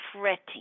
fretting